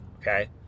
Okay